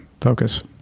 focus